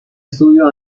estudio